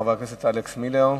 חבר הכנסת אלכס מילר,